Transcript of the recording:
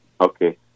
Okay